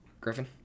Griffin